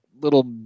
little